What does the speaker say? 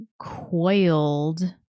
coiled